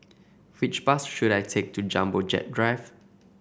which bus should I take to Jumbo Jet Drive